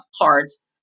cards